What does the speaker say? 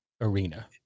arena